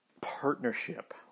partnership